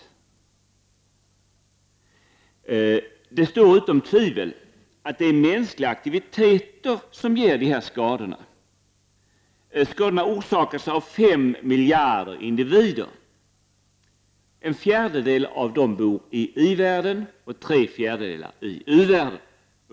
Det står utom tvivel att det är mänskliga aktiviteter som ger dessa skador. Skadorna orsakas av 5 miljarder individer av vilka en fjärdedel bor i i-världen och tre fjärdedelar i u-världen.